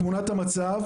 תמונת המצב,